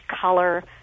color